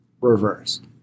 Reversed